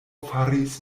faris